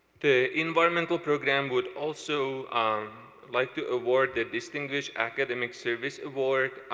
the environmental program would also like to award the distinguished academic service award,